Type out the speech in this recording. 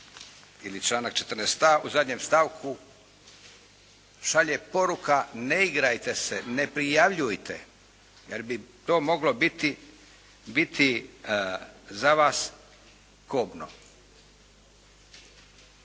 ili članak 14.a. u zadnjem stavku šalje poruka, ne igrajte se, ne prijavljujte jer bi to moglo biti, biti za vas kobno.